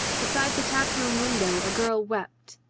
beside the tap-room window a girl wept,